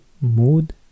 Mood